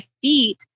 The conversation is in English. feet